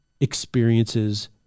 experiences